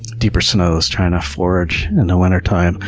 deeper snows, trying to forage in the wintertime.